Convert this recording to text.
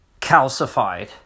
calcified